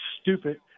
stupid